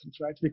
right